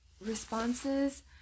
responses